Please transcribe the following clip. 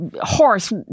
horse